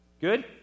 Good